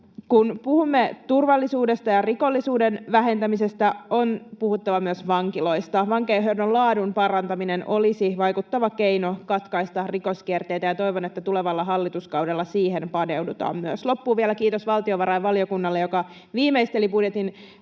Kun puhumme turvallisuudesta ja rikollisuuden vähentämisestä, on puhuttava myös vankiloista. Vankeinhoidon laadun parantaminen olisi vaikuttava keino katkaista rikos-kierteitä, ja toivon, että tulevalla hallituskaudella myös siihen paneudutaan. Loppuun vielä kiitos valtiovarainvaliokunnalle, joka viimeisteli budjetin